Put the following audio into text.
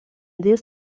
this